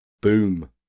Boom